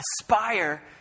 aspire